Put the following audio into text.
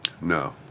No